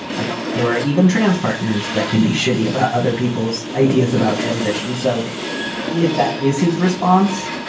like there are even trans partners that can be shitty about other people's ideas about transition. so if that is his response,